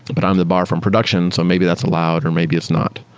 but i'm the bar from production, so maybe that's allowed, or maybe it's not.